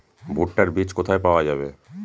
ভুট্টার বিজ কোথায় পাওয়া যাবে?